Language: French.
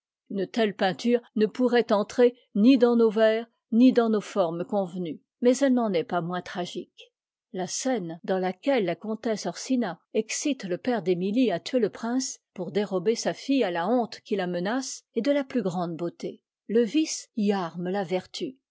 une telle peinture ne pourrait entrer ni dans nos vers ni dans nos formes convenues mais eue n'en est pas moins tragique la scène dans laquelle ta comtesse orsina excite le père d'tmilie à tuer le prince pour dérober sa fille à la honte qui la menace est de la plus grande beauté le vice y arme la vertu